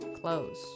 close